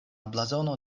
blazono